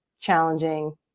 challenging